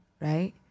right